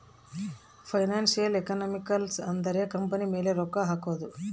financial economics ಅಂದ್ರ company ಮೇಲೆ ರೊಕ್ಕ ಹಕೋದು